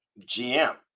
GM